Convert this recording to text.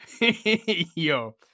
Yo